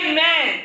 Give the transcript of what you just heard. Amen